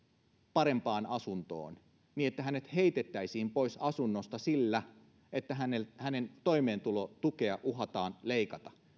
parempaan asuntoon niin hänet heitettäisiin pois asunnosta sillä että hänen hänen toimeentulotukeaan uhataan leikata